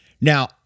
Now